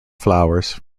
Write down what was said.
flowers